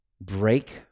break